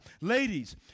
Ladies